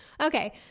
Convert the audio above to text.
Okay